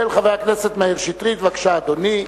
של חבר הכנסת מאיר שטרית, בבקשה, אדוני.